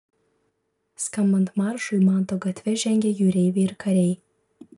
skambant maršui manto gatve žengė jūreiviai ir kariai